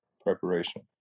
preparation